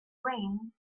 rained